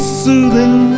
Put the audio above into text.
soothing